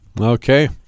Okay